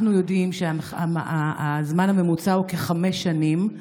אנחנו יודעים שהזמן הממוצע הוא כחמש שנים.